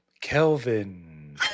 Kelvin